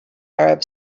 arab